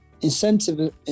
incentive